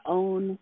own